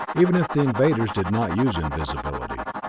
even if the invaders did not use invisibility,